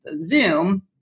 Zoom